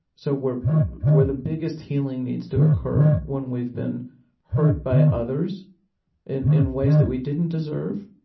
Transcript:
so where where the biggest healing needs to occur when we've been hurt by others in in ways that we didn't deserve.